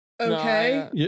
Okay